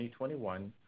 2021